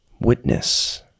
witness